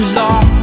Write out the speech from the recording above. long